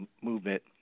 movement